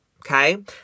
Okay